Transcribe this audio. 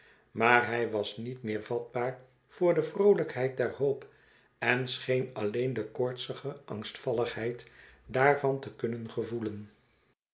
maar hij was niet meer vatbaar voor de vroolijkheid der hoop en scheen alleen de koortsige angstvalligheid daarvan te kunnen gevoelen